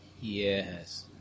Yes